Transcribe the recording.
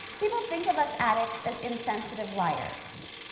people think of us, addicts, as insensitive liars,